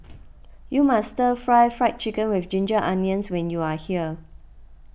you must Stir Fried Fried Chicken with Ginger Onions when you are here